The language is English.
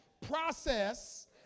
process